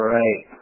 right